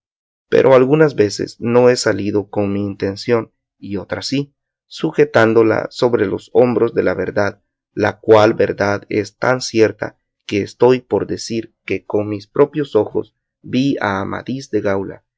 pero algunas veces no he salido con mi intención y otras sí sustentándola sobre los hombros de la verdad la cual verdad es tan cierta que estoy por decir que con mis propios ojos vi a amadís de gaula